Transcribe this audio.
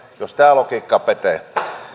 jos tämä logiikka pätee